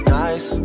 nice